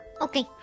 Okay